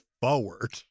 forward